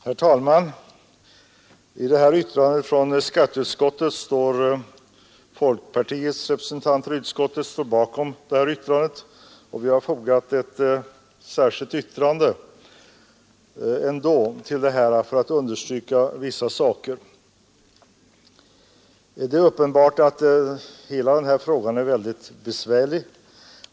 Herr talman! Folkpartiets representanter i skatteutskottet har ställt sig bakom utskottets betänkande nr 2, men vi har ändå avlämnat ett särskilt yttrande för att understryka en sak. Det är uppenbart att hela denna fråga är mycket besvärlig.